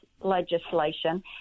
legislation